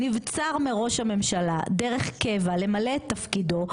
נבצר מראש הממשלה דרך קבע למלא את תפקידו,